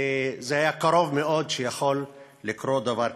וזה היה קרוב מאוד ויכול לקרות דבר כזה.